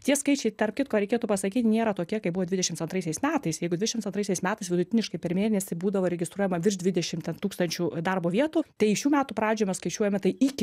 tie skaičiai tarp kitko reikėtų pasakyt nėra tokie kaip buvo dvidešims antraisiais metais jeigu dvidešims antraisiais metais vidutiniškai per mėnesį būdavo registruojama virš dvidešim ten tūkstančių darbo vietų tai šių metų pradžioj mes skaičiuojame tai iki